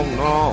no